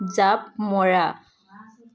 জাঁপ মৰা